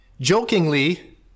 jokingly